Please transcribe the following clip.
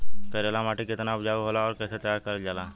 करेली माटी कितना उपजाऊ होला और कैसे तैयार करल जाला?